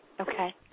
Okay